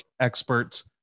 experts